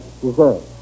deserve